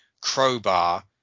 crowbar